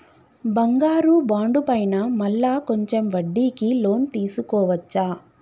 బంగారు బాండు పైన మళ్ళా కొంచెం వడ్డీకి లోన్ తీసుకోవచ్చా?